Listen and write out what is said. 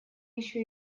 еще